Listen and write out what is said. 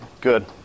good